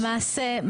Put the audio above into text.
למעשה,